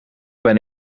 ben